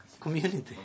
community